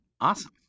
awesome